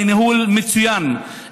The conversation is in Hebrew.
ניהול מצוין,